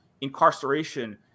incarceration